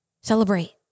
Celebrate